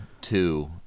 two